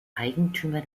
eigentümer